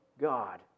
God